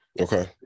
Okay